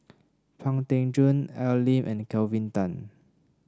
Pang Teck Joon Al Lim and Kelvin Tan